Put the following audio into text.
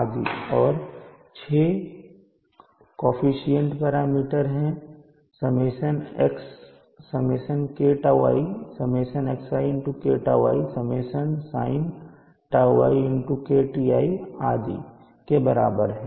a111221223132 और 6 coefficient parameter और यह ΣKTi Σxi KTi Σsinτi KTi Σ xi sinτi KTi Σcosτi KTi Σ xi cosτi KTi के बराबर है